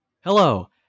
Hello